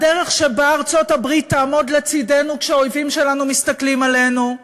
הדרך שבה ארצות-הברית תעמוד לצדנו כשהאויבים שלנו מסתכלים עלינו,